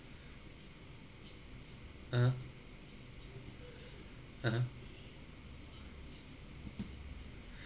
(uh huh) (uh huh)